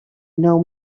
know